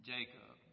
Jacob